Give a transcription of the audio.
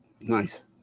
Nice